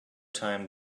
time